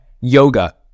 Yoga